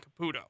Caputo